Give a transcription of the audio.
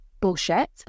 bullshit